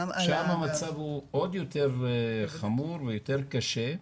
שם המצב הוא עוד יותר חמור ויותר קשה.